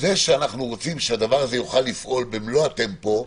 זה שאנחנו רוצים שהדבר הזה יוכל לפעול במלוא הטמפו,